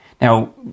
now